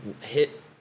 hit